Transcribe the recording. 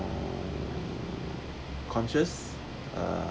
um conscious uh